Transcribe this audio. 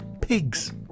Pigs